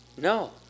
No